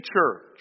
church